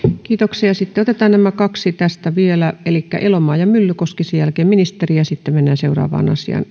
sitten otetaan nämä kaksi tästä vielä elikkä elomaa ja myllykoski ja sen jälkeen ministeri ja sitten mennään seuraavaan asiaan